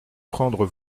prendre